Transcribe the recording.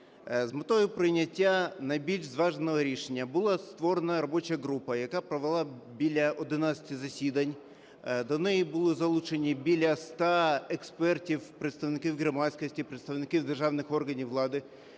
З метою прийняття найбільш зваженого рішення була створена робоча група, яка провела біля 11 засідань, до неї були залучені біля 100 експертів: представники громадськості, представники державних органів влади.